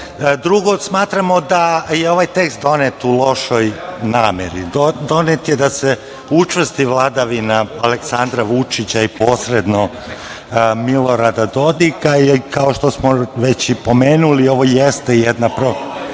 državu. Drugo, smatramo da je ovaj tekst donet u lošoj nameri, donet je da se učvrsti vladavina Aleksandara Vučića i posredno Milorada Dodika, kao što smo već pomenuli ovo jeste jedna prorežimska